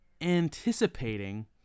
anticipating